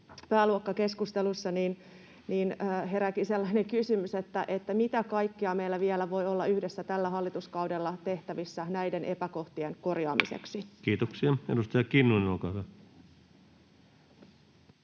pääluokkakeskustelussa, niin herääkin sellainen kysymys, mitä kaikkea meillä vielä voi olla yhdessä tällä hallituskaudella tehtävissä näiden epäkohtien korjaamiseksi. Kiitoksia. — Edustaja Kinnunen, olkaa hyvä.